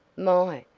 my,